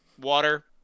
water